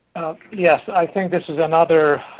yes. i think this is another